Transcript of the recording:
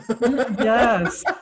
Yes